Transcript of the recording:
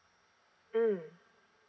mm